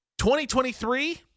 2023